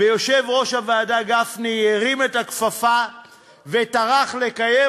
ויושב-ראש הוועדה גפני הרים את הכפפה וטרח לקיים,